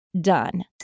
done